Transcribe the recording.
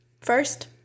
first